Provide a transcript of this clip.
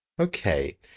Okay